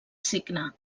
signe